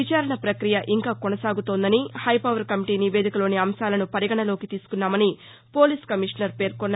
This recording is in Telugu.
విచారణ ప్రక్రియ ఇంకా కొనసాగుతోందని హైపవర్ కమిటీ నివేదికలోని అంశాలను పరిగణలోకి తీసుకున్నామని పోలీస్ కమిషనర్ పేర్కొన్నారు